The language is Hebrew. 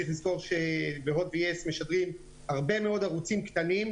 צריך לזכור שבהוט ויס משדרים הרבה מאוד ערוצים קטנים,